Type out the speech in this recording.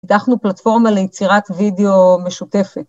פיתחנו פלטפורמה ליצירת וידאו משותפת.